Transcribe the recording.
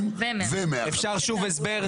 אפשר שוב הסבר?